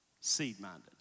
seed-minded